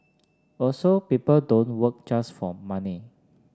also people don't work just for money